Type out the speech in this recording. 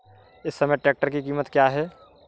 इस समय ट्रैक्टर की कीमत क्या है?